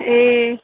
ए